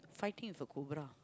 fighting with a cobra